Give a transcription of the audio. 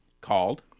Called